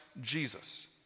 Jesus